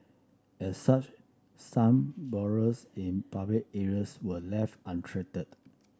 as such some burrows in public areas were left untreated